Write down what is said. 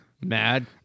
Mad